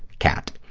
kat.